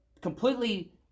completely